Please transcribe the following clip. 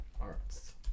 arts